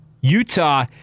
Utah